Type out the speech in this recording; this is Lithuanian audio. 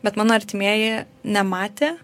bet mano artimieji nematė